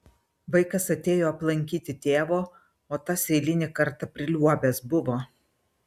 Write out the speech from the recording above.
vaikas atėjo aplankyti tėvo o tas eilinį kartą priliuobęs buvo